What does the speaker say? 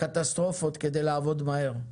קטסטרופות כדי לעבוד מהר.